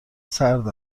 سرد